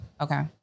okay